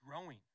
growing